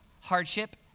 hardship